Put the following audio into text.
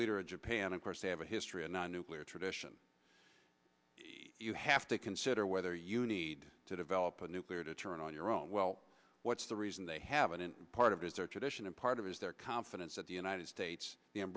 leader of japan of course they have a history of not nuclear tradition you have to consider whether you need to develop a nuclear deterrent on your own well what's the reason they haven't part of his their tradition and part of his their confidence that the united states